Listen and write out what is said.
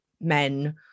men